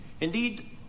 Indeed